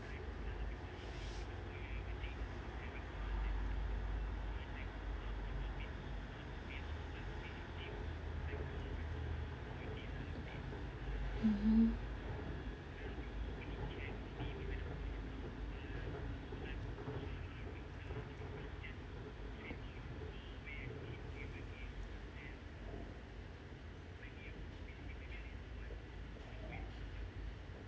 mmhmm